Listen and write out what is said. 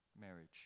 marriage